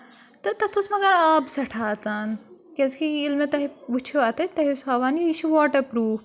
تَتھ اوس مگر آبہٕ سٮ۪ٹھاہ اَژان کیٛازِکہِ ییٚلہِ مےٚ تۄہہِ وٕچھِو اَتے تۄہہِ اوس ہاوان یہِ چھُ واٹَر پرٛوٗف